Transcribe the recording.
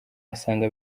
asanga